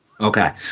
Okay